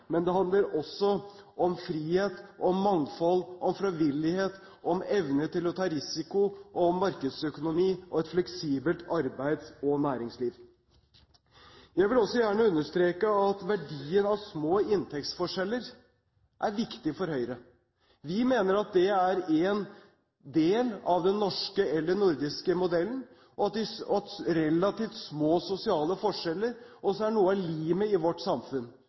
men den handler også om frihet og mangfold, om frivillighet, om evne til å ta risiko, og om markedsøkonomi og et fleksibelt arbeids- og næringsliv. Jeg vil gjerne også understreke at verdien av små inntektsforskjeller er viktig for Høyre. Vi mener at det er en del av den norske eller nordiske modellen, og at relativt små sosiale forskjeller også er noe av limet i vårt samfunn